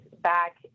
back